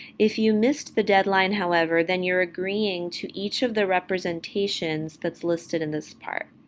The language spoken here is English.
if you missed the deadline, however, then you're agreeing to each of the representations that's listed in this part.